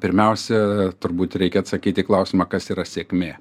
pirmiausia turbūt reikia atsakyt į klausimą kas yra sėkmė